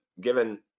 given